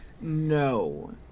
No